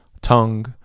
tongue